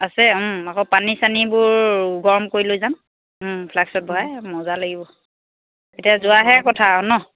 আছে আকৌ পানী চানীবোৰ গৰম কৰি লৈ যাম ফ্লাক্সত ভৰাই মজা লাগিব এতিয়া যোৱাৰহে কথা আৰু নহ্